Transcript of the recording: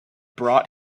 brought